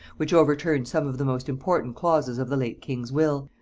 which overturned some of the most important clauses of the late king's will,